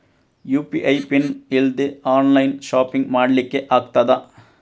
UPI PIN ಇಲ್ದೆ online shopping ಮಾಡ್ಲಿಕ್ಕೆ ಆಗ್ತದಾ?